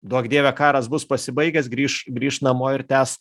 duok dieve karas bus pasibaigęs grįš grįš namo ir tęs